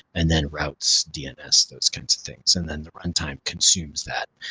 and then routes, dns, those kinds of things and then the runtime consumes that,